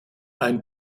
ein